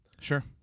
sure